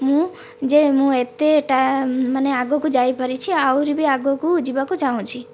ମୁଁ ଯେ ମୁଁ ଏତେ ମାନେ ଆଗକୁ ଯାଇ ପାରିଛି ଆହୁରି ବି ଆଗକୁ ଯିବାକୁ ଚାହୁଁଛି